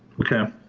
okay.